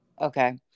Okay